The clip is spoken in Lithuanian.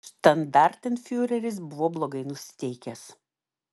štandartenfiureris buvo blogai nusiteikęs